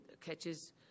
catches